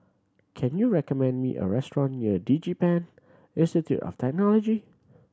can you recommend me a restaurant near DigiPen Institute of Technology